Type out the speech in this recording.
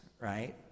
right